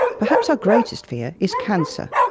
perhaps our greatest fear is cancer.